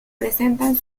presentan